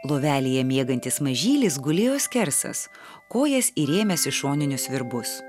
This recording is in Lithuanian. lovelėje miegantis mažylis gulėjo skersas kojas įrėmęs į šoninius virbus